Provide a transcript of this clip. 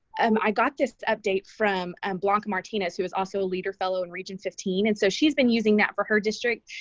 um i got this update from and martinez, who is also a leader fellow in region fifteen. and so, she's been using that for her district,